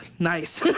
nice.